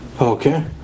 Okay